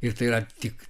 ir tai yra tik